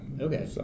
Okay